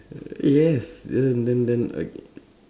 yes then then then then okay